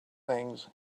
things